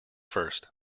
first